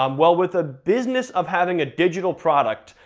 um well, with a business of having a digital product,